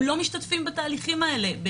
הם לא משתתפים בתהליכים האלה.